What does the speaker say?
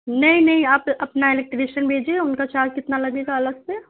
نہیں نہیں آپ اپنا الیکٹریشین بھیجیے ان کا چارج کتنا لگے گا الگ سے